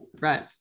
Right